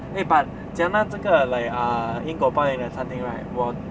eh but 讲到这个 like ah 因果报应的餐厅 right 我